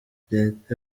leta